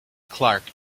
clark